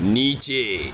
نیچے